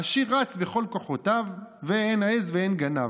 העשיר רץ בכל כוחותיו, ואין עז ואין גנב.